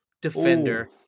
defender